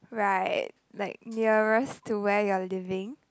right like nearest to where you're living